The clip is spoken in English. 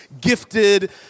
gifted